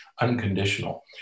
unconditional